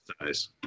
size